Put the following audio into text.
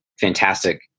fantastic